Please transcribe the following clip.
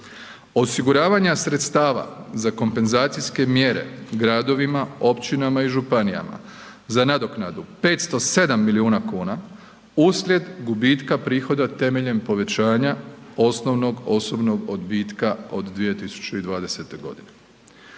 Osiguravanja sredstava za kompenzacijske mjere gradovima, općinama i županijama za nadoknadu 507 milijuna kuna uslijed gubitka prihoda temeljem povećanja osnovnog osobnog odbitka od 2020.g.